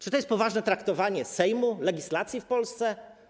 Czy to jest poważne traktowanie Sejmu i legislacji w Polsce?